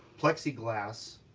plexiglass,